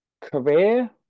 career